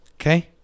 Okay